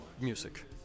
music